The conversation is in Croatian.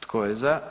Tko je za?